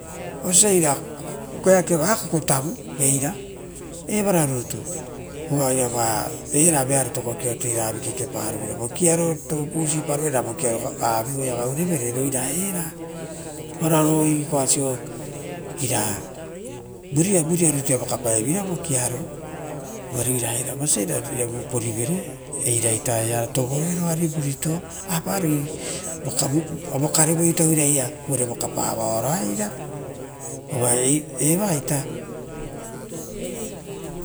Osia eira eakeava kukutavu, eira evara rutu oaiava eira vearoto kokit ira avi kekeparovera eva vearoto kokito aviuaia gaurevere roia raera oro roikasio ira vuriaru rutu ia vokapae veira vokiaro uvare oira eira vosia iravu uporivere ra eraia ita ora tovoroe roari vurito avaroi, vokarevoi ita oiraia uvare vokaparaita eira uva evaita.